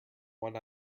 one